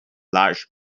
large